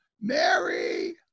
Mary